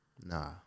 Nah